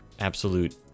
Absolute